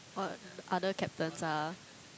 what other captains ah